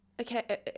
Okay